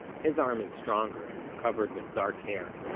his arm is stronger, and covered with dark hair.